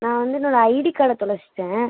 நான் வந்து என்னோட ஐடி கார்டை தொலைச்சிவிட்டேன்